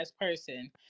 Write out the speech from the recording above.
person